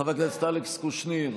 חבר הכנסת אלכס קושניר,